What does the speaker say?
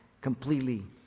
completely